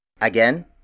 Again